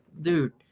dude